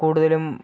കൂടുതലും